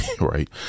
Right